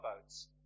boats